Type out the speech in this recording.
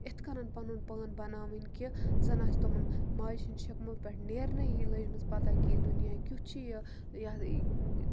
اِتھ کَنَن پَنُن پان بَناوٕنۍ کہِ زَنہٕ آسہِ تِمَن ماجہِ ہِنٛدِ شِکمہٕ پٮ۪ٹھ نیرںَے یہِ لٔجمٕژ پَتہ کہِ یہِ دُنیا کیُتھ چھِ یہِ یہِ حظ